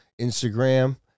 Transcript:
Instagram